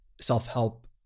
self-help